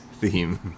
theme